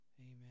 amen